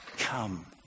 come